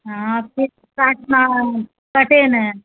हँ वृक्ष काटना कटए नहि